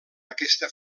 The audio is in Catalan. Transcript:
aquesta